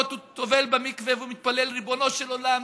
הוא טובל במקווה והוא מתפלל: ריבונו של עולם,